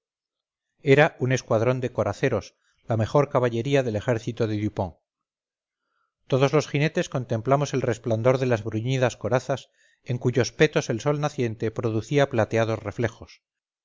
era un escuadrón de coraceros la mejor caballería del ejército de dupont todos los jinetes contemplamos el resplandor de las bruñidas corazas en cuyos petos el sol naciente producía plateados reflejos